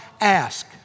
ask